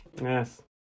Yes